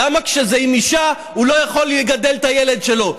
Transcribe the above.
למה כשזה עם אישה הוא לא יכול לגדל את הילד שלו?